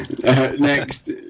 Next